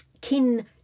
kin